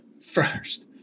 first